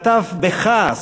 כתב בכעס,